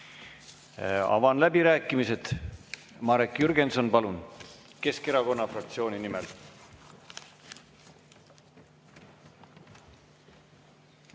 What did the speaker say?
Avan läbirääkimised. Marek Jürgenson, palun, Keskerakonna fraktsiooni nimel!